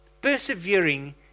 persevering